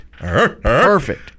perfect